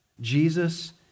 Jesus